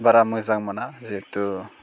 बारा मोजां मोना जिहेथु